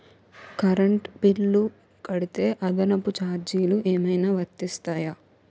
Current bill కడితే అదనపు ఛార్జీలు ఏమైనా వర్తిస్తాయా?